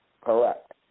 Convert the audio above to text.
Correct